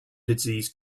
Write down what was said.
disease